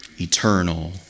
eternal